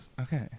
Okay